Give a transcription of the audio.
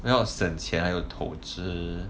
要省钱还要投资